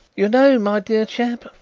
you know, my dear chap,